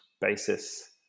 basis